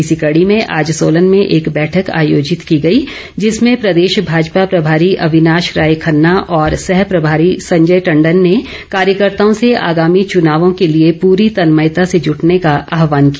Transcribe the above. इसी कड़ी में आज सोलन में एक बैठक आयोजित की गई जिसमें प्रदेश भाजपा प्रभारी अविनाश राय खन्ना और सह प्रभारी संजय टंडन ने कार्यकर्ताओं से आगामी चुनावों के लिए पूरी तन्मयता से जुटने का आहवान किया